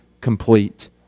complete